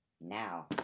Now